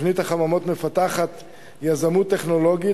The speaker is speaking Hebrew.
תוכנית החממות מפתחת יזמות טכנולוגית.